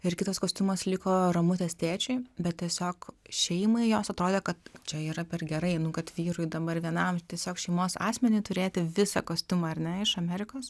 ir kitas kostiumas liko ramutės tėčiui bet tiesiog šeimai jos atrodė kad čia yra per gerai nu kad vyrui dabar vienam tiesiog šeimos asmeniui turėti visą kostiumą ar ne iš amerikos